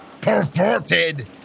perverted